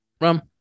Rum